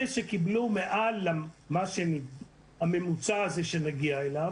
אלה שקיבלו מעל הממוצע הזה אליו נגיע,